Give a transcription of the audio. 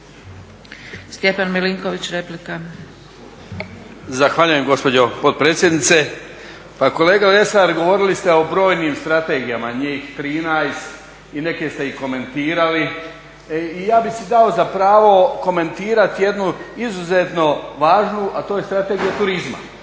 Stjepan (HDZ)** Zahvaljujem gospođo potpredsjednice. Pa kolega Lesar govorili ste o brojnim strategijama, njih 13, i neke ste i komentirali i ja bih si dao za pravo komentirati jednu izuzetno važnu, a to je Strategija turizma.